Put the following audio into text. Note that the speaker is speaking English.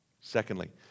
Secondly